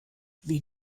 wie